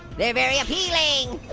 they're very appealing.